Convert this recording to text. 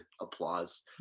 applause